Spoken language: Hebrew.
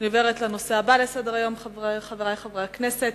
אני עוברת לנושא הבא בסדר-היום, חברי חברי הכנסת: